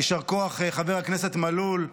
יישר כוח, חבר הכנסת מלול,